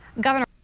governor